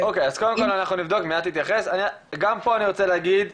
גם פה אני רוצה להגיד,